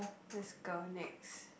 let's go next